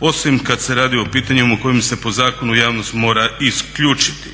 osim kad se radi o pitanjima u kojim se po zakonu javnost mora isključiti.